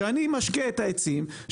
שאני משקה את העצים,